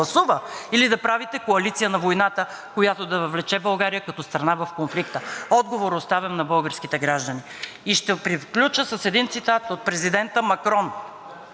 Ще приключа с един цитат от президента Макрон – евро-атлантически цитат, който ние подкрепяме, и той е от 24 октомври 2022 г.: